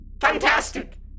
Fantastic